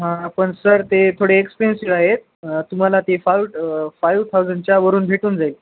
हां पण सर ते थोडे एक्सपेनसिव आहेत तुम्हाला ते फायव फायव थाउजंडच्यावरून भेटून जाईल